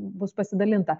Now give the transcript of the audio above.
bus pasidalinta